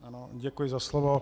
Ano, děkuji za slovo.